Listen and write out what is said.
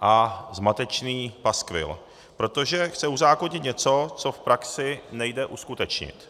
a zmatečný paskvil, protože chce uzákonit něco, co v praxi nejde uskutečnit.